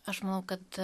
aš manau kad